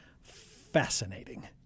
fascinating